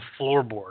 floorboard